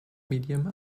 medium